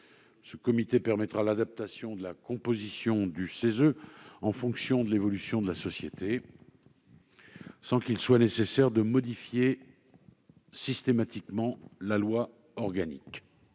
CESE. Il permettra l'adaptation de la composition du CESE en fonction de l'évolution de la société, sans qu'il soit nécessaire de modifier systématiquement la loi organique.